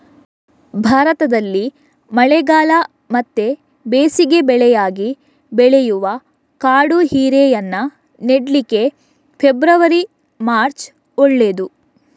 ಭಾರತದಲ್ಲಿ ಮಳೆಗಾಲ ಮತ್ತೆ ಬೇಸಿಗೆ ಬೆಳೆಯಾಗಿ ಬೆಳೆಯುವ ಕಾಡು ಹೀರೆಯನ್ನ ನೆಡ್ಲಿಕ್ಕೆ ಫೆಬ್ರವರಿ, ಮಾರ್ಚ್ ಒಳ್ಳೇದು